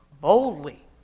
boldly